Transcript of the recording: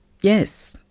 Yes